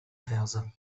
ferse